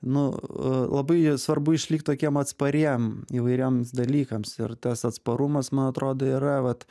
nu labai svarbu išlikt tokiem atspariem įvairiems dalykams ir tas atsparumas man atrodo yra vat